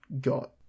got